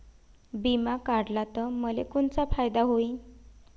बिमा काढला त मले कोनचा फायदा होईन?